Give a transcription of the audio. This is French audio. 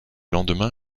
lendemain